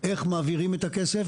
איך מעבירים את הכסף?